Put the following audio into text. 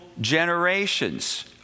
generations